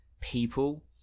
people